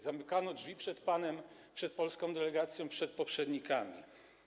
Czy zamykano drzwi przed panem, przed polską delegacją, przed poprzednikami?